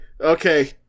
okay